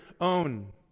own